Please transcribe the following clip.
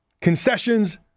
Concessions